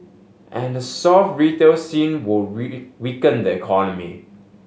and a soft retail scene will weaken the economy